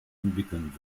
entwickeln